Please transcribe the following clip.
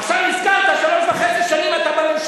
עכשיו נזכרת, שלוש שנים וחצי אתה בממשלה.